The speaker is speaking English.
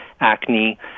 acne